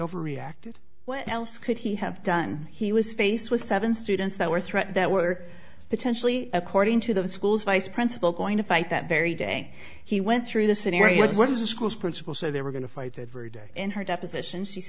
over reacted what else could he have done he was faced with seven students that were threats that were potentially according to the school's vice principal going to fight that very day he went through the scenario which is the school's principal so they were going to fight that very day in her deposition she